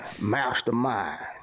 mastermind